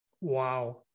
Wow